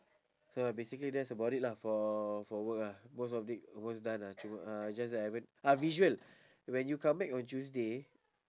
so basically that's about it lah for for work ah most of thing almost done ah to uh just that I haven't ah visual when you come back on tuesday